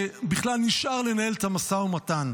שבכלל נשאר לנהל את המשא ומתן?